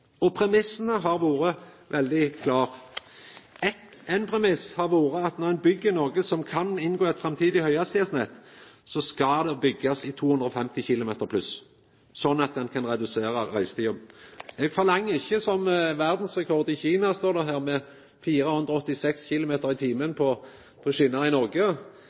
dette. Premissane har vore veldig klare. Ein premiss har vore at når ein byggjer noko som kan inngå i eit framtidig høghastigheitsnett, skal det byggjast til 250 km pluss, sånn at ein kan redusera reisetida. Eg forlanger ikkje verdsrekorden – sett i Kina, står det i VG, med 486 km/t – på skjener i Noreg.